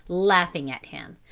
laughing at him,